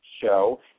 show